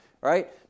right